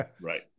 Right